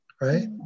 right